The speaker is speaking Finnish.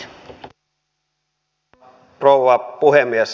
arvoisa rouva puhemies